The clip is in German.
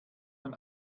man